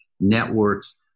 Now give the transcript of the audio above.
networks